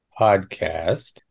podcast